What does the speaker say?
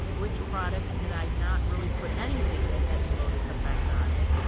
which products did i not really put anything that had the lotus effect on it,